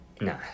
No